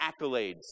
accolades